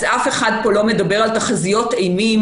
אז אף אחד פה לא מדבר על תחזיות אימים,